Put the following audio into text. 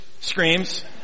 screams